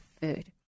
food